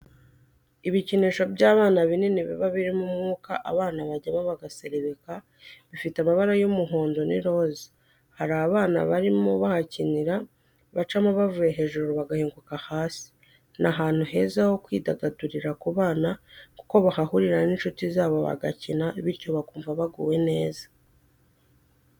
Ibikinisho by'abana binini biba birimo umwuka abana bajyamo bagaserebeka, bifite amabara y'umuhondo n'iroza, hari abana barimo bahakinira, bacamo bavuye hejuru bagahinguka hasi, ni ahantu heza ho kwidagadurira ku bana kuko bahahurira n'inshuti zabo bagakina bityo bakumva baguwe neza.